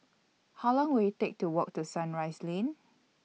How Long Will IT Take to Walk to Sunrise Lane